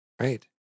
Right